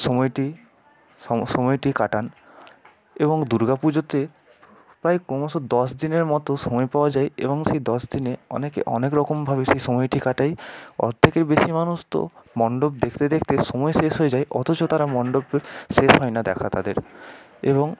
সময়টি সময়টি কাটান এবং দুর্গা পুজোতে প্রায় ক্রমশ দশ দিনের মতো সময় পাওয়া যায় এবং সেই দশ দিনে অনেকে অনেক রকমভাবে সেই সময়টি কাটায় অর্ধেকের বেশি মানুষ তো মন্ডপ দেখতে দেখতে সময় শেষ হয়ে যায় অথচ তারা মন্ডপের শেষ হয় না দেখা তাদের এবং